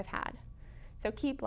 i've had so keep